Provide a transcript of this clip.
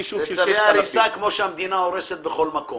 מהם ליישוב של 6,000. בצווי הריסה כמו שהמדינה הורסת בכל מקום.